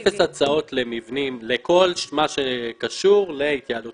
אפס הצעות למבנים, לכל מה שקשור להתייעלות